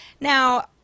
now